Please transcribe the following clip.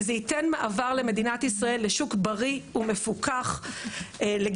וזה ייתן מעבר למדינת ישראל לשוק בריא ומפוקח לגידולים